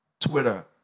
Twitter